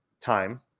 time